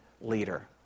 leader